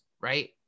right